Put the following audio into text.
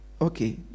Okay